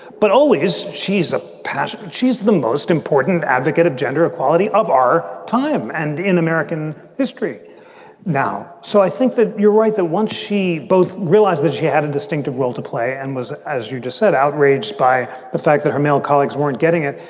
but always she's a passion. she's the most important advocate of gender equality of our time and in american history now. so i think that you're right that once she both realized that she had a distinctive role to play and was, as you just said, outraged by the fact that her male colleagues weren't getting it,